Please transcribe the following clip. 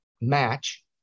match